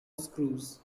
screws